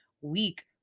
week